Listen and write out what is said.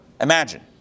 imagine